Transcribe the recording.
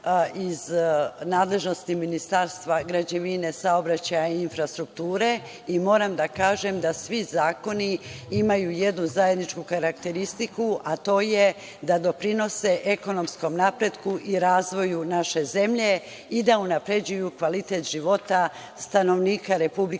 iz nadležnosti Ministarstva građevine, saobraćaja i infrastrukture i moram da kažem da svi zakoni imaju jednu zajedničku karakteristiku, a to je da doprinose ekonomskom napretku i razvoju naše zemlje i da unapređuju kvalitet života stanovnika Republike